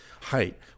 Height